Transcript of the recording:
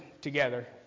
together